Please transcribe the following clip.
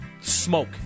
smoke